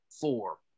four